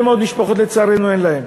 הרבה מאוד משפחות אין להן.